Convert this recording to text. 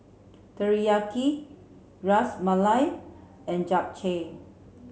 Teriyaki Ras Malai and Japchae